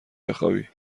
بخوابی